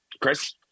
Chris